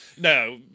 No